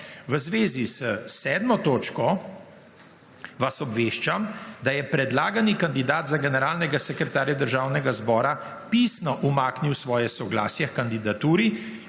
V zvezi s 7. točko vas obveščam, da je predlagani kandidat za generalnega sekretarja Državnega zbora pisno umaknil svoje soglasje h kandidaturi,